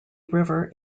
river